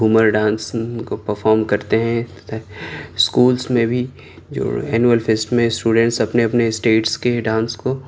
Ghoomar dance کو perform کرتے ہیں اسکولس میں بھی جو اینول فیسٹ میں اسٹوڈنٹس اپنے اپنے اسٹیٹس کے ہی ڈانس کو